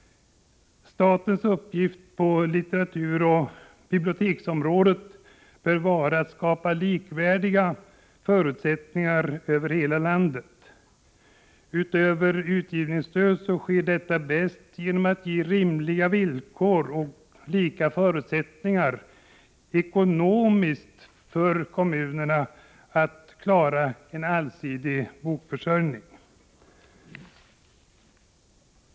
Statens uppgift på litteraturoch biblioteksområdet bör vara att skapa likvärdiga förutsättningar över hela landet. Utöver utgivningsstöd sker detta bäst — enligt vår uppfattning i centern — genom att kommunerna ges rimliga ekonomiska förutsättningar att klara en allsidig bokförsörjning.